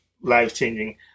life-changing